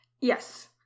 Yes